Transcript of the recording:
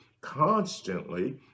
Constantly